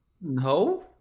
no